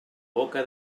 boca